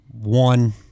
One